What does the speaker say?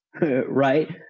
right